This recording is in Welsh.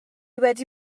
wedi